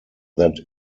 that